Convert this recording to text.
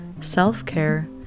self-care